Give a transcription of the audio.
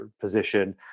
position